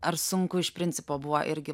ar sunku iš principo buvo irgi